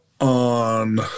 on